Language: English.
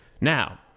Now